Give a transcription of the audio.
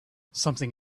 something